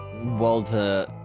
Walter